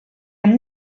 amb